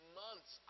months